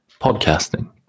podcasting